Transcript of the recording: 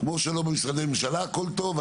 כמו שלא במשרדי ממשלה הכל טוב,